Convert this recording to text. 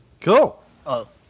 Cool